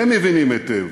הם מבינים היטב